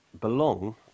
belong